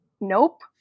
nope